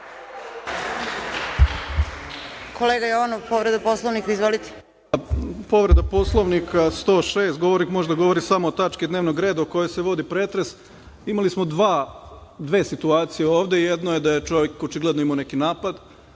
Kolega Jovanov, povreda Poslovnika, izvolite. **Milenko Jovanov** Povreda Poslovnika, član 106. govornik može da govori samo o tački dnevnog reda o kojoj se vodi pretres. Imali smo dve situacije ovde. Jedno je da je čovek očigledno imao neki napad